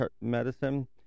medicine